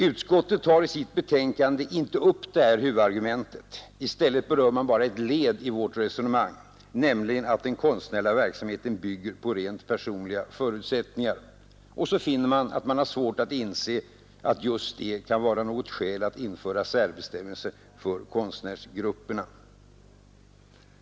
Utskottet tar i sitt betänkande inte upp det här huvudargumentet — i stället berör det bara ett led i vårt resonemang, nämligen att den konstnärliga verksamheten bygger på rent personliga förutsättningar. Och så finner man att man har svårt att inse att just det kan vara något skäl för att införa särbestämmelser för konstnärsgrupperna.